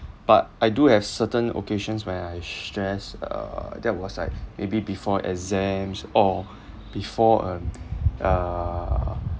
but I do have certain occasions when I str~ stress uh that was like maybe before exams or before um uh